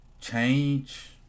change